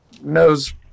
knows